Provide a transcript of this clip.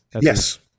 Yes